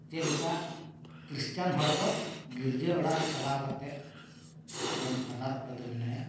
ᱪᱮᱫ ᱞᱮᱠᱟ ᱠᱷᱤᱨᱥᱪᱟᱱ ᱦᱚᱲ ᱫᱚ ᱜᱤᱨᱡᱟᱹ ᱚᱲᱟᱜ ᱨᱮ ᱪᱟᱞᱟᱣ ᱠᱟᱛᱮᱫ ᱟᱠᱚᱨᱮᱱ ᱯᱷᱟᱫᱟᱨ ᱚᱠᱚᱭ ᱫᱚ ᱢᱮᱱᱟᱭᱟ